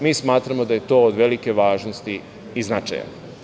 Mi smatramo da je to od velike važnosti i značaja.